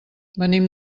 venim